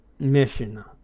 mission